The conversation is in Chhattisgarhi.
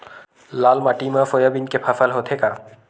लाल माटी मा सोयाबीन के फसल होथे का?